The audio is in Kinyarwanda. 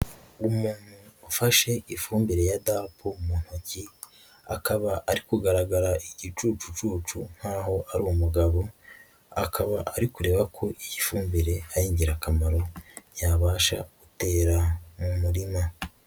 Umuntu ufashe ifumbire ya DAP mu ntoki, akaba ari kugaragara igicucucu nkaho ari umugabo, akaba ari kureba ko iyi fumbire ari ingirakamaro yabasha gutera mu murima.